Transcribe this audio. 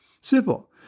Simple